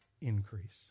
increase